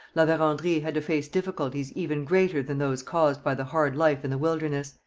la verendrye had to face difficulties even greater than those caused by the hard life in the wilderness.